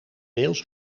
deels